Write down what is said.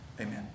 Amen